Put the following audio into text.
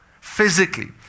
physically